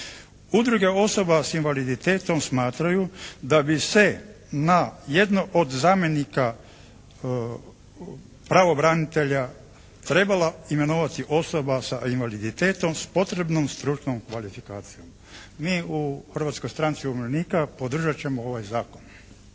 Udruge osoba s invaliditetom smatraju da bi se na jedno od zamjenika pravobranitelja trebala imenovati osoba sa invaliditetom s potrebnom stručnom kvalifikacijom. Mi u Hrvatskoj stranci umirovljenika podržat ćemo ovaj zakon.